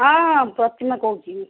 ହଁ ପ୍ରତିମା କହୁଛି